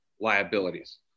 liabilities